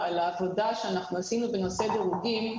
על ההחלטה שאנחנו עשינו בנושא דירוגים.